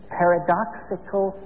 paradoxical